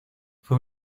fue